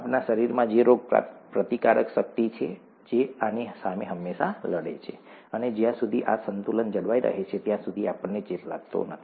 આપણા શરીરમાં જે રોગપ્રતિકારક શક્તિ છે જે આની સામે હંમેશા લડે છે અને જ્યાં સુધી આ સંતુલન જળવાઈ રહે છે ત્યાં સુધી આપણને ચેપ લાગતો નથી